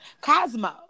Cosmo